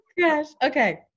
Okay